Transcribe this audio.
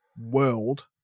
world